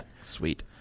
Sweet